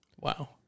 Wow